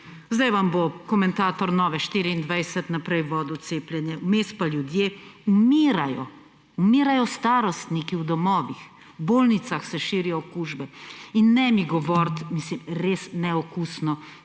sedaj vam bo komentator Nove24 naprej vodil cepljenje, vmes pa ljudje umirajo. Umirajo starostniki v domovih, v bolnicah se širijo okužbe. In ne mi govoriti, mislim, res neokusno,